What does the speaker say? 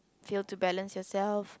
fail to balance yourself